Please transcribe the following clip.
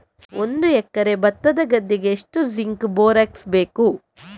ಒಂದು ಎಕರೆ ಭತ್ತದ ಗದ್ದೆಗೆ ಎಷ್ಟು ಜಿಂಕ್ ಬೋರೆಕ್ಸ್ ಬೇಕು?